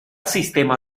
sistema